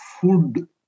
food